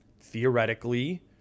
theoretically